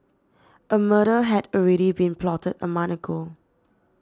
a murder had already been plotted a month ago